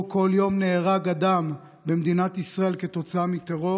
שבו כל יום נהרג אדם במדינת ישראל כתוצאה מטרור,